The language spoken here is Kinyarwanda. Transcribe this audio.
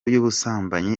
y’ubusambanyi